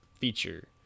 feature